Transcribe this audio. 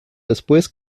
después